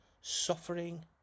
suffering